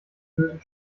bösen